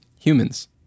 humans